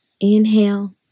inhale